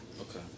Okay